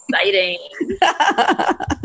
exciting